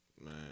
man